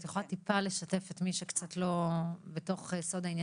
את יכולה טיפה לשתף את מי שקצת לא בסוד העניינים?